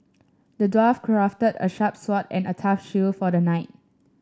the dwarf crafted a sharp sword and a tough shield for the knight